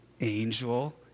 angel